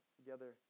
together